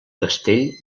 castell